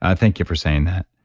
ah thank you for saying that.